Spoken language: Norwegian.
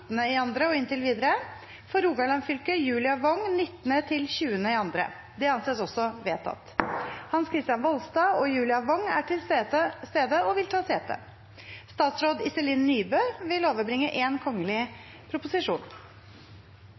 og inntil videre For Rogaland fylke: Julia Wong 19.–20. februar Hans Kristian Voldstad og Julia Wong er til stede og vil ta sete. Representanten Mona Fagerås vil